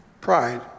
Pride